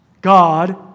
God